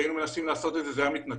כשהיינו מנסים לעשות את זה, זה היה מתנתק.